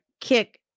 kick